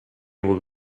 will